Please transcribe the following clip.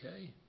Okay